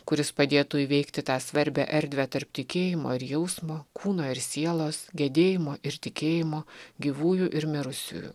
kuris padėtų įveikti tą svarbią erdvę tarp tikėjimo ir jausmo kūno ir sielos gedėjimo ir tikėjimo gyvųjų ir mirusiųjų